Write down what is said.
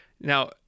Now